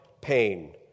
pain